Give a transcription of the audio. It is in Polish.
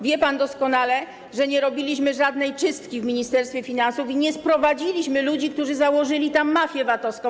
Wie pan doskonale, że nie robiliśmy żadnej czystki w Ministerstwie Finansów i nie sprowadziliśmy ludzi, którzy założyli tam mafię VAT-owską.